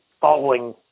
following